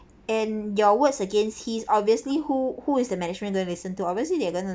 and your words against his obviously who who is the management going to listen to obviously they're gonna